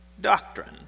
doctrine